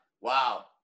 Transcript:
Wow